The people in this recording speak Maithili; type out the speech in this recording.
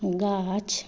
गाछ